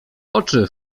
oczy